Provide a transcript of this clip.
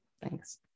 Thanks